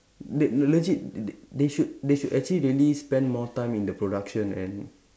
they no legit they they they should they should really spend more time in the production and